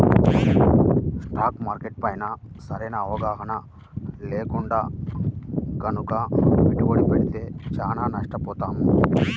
stock market పైన సరైన అవగాహన లేకుండా గనక పెట్టుబడి పెడితే చానా నష్టపోతాం